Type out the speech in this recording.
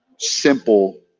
simple